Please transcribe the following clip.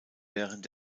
während